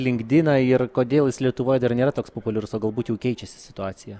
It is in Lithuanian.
linkdiną ir kodėl jis lietuvoje dar nėra toks populiarus o galbūt jau keičiasi situacija